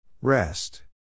Rest